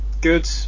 good